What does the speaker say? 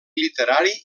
literari